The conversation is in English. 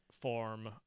form